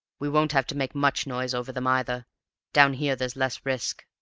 we won't have to make much noise over them, either down here there's less risk.